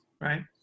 right